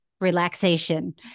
relaxation